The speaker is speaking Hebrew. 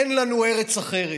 אין לנו ארץ אחרת,